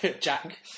Jack